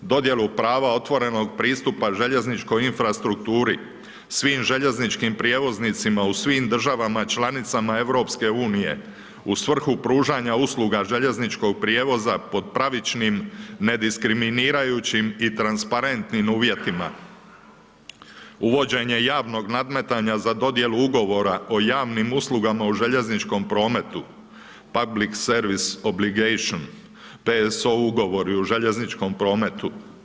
Dodjelu prava otvorenog pristupa željezničkoj infrastrukturu, svim željezničkim prijevoznicima u svim državama članicama EU, u svrhu pružanja usluga željezničkog prijevoza, pod pravničkim ne diskriminirajućim i transparentnim uvjetima, uvođenje javnog nadmetanja za dodjelu ugovora o javnim uslugama u željezničkom prometu, … ugovori o željezničkom prometu.